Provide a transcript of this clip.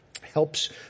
helps